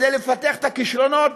כדי לפתח את הכישרונות,